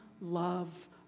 love